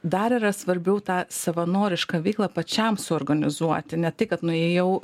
dar yra svarbiau tą savanorišką veiklą pačiam suorganizuoti ne tik kad nuėjau